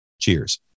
Cheers